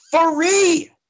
free